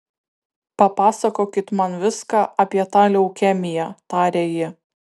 papasakokit man viską apie tą leukemiją tarė ji